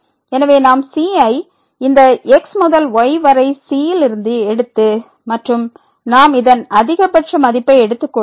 எனவே நாம் c ஐ இந்த x முதல் y வரை c ல் இருந்து எடுத்து மற்றும் நாம் இதன் அதிகபட்ச மதிப்பை எடுத்துக் கொள்வோம்